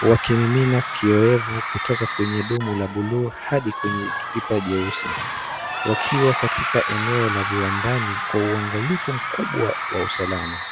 wakimimina kioevu kutoka kwenye dumu la buluu hadi kwenye pipa jeusi wakiwa katika eneo la viwandani kwa uwangalifu mkubwa wa usalama.